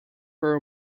for